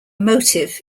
motive